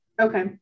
Okay